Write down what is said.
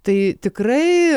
tai tikrai